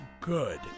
good